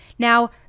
Now